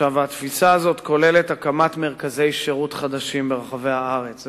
התפיסה הזאת כוללת הקמת מרכזי שירות חדשים ברחבי הארץ.